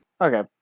Okay